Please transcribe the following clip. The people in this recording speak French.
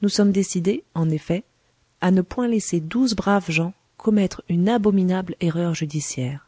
nous sommes décidés en effet à ne point laisser douze braves gens commettre une abominable erreur judiciaire